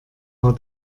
war